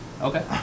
Okay